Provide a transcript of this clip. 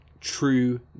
true